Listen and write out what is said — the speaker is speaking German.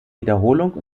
wiederholung